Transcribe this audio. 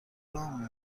رام